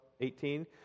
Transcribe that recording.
18